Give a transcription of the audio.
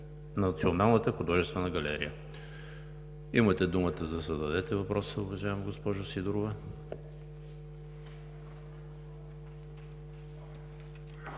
Националната художествена галерия. Имате думата да зададете въпроса, уважаема госпожо Сидорова.